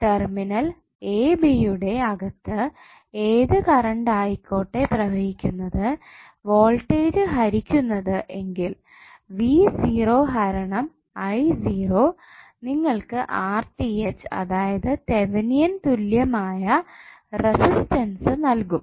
terminal AB യുടെ അകത്ത് ഏത് കറണ്ട് ആയിക്കോട്ടെ പ്രവഹിക്കുന്നത് വോൾട്ടേജ് ഹരിക്കുന്നത് എങ്കിൽ v സീറോ ഹരണം I സീറോ നിങ്ങൾക്ക് അതായത് തെവെനിൻ തുല്യമായ റെസിറ്റന്സ് നൽകും